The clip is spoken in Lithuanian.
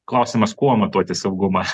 klausimas kuo matuoti saugumą